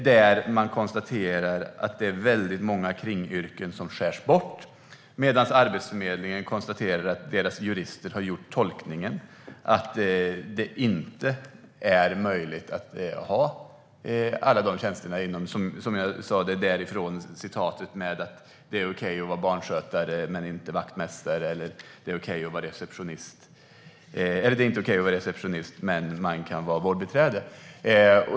De konstaterar att det är väldigt många kringyrken som skärs bort, och Arbetsförmedlingen konstaterar att deras jurister har gjort tolkningen att det inte är möjligt att ha alla dessa tjänster. Det är de som har uttalat att det är okej att vara barnskötare eller vårdbiträde men inte vaktmästare eller receptionist, som jag nämnde i mitt förra anförande.